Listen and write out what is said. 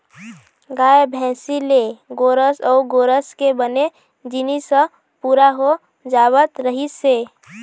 गाय, भइसी ले गोरस अउ गोरस के बने जिनिस ह पूरा हो जावत रहिस हे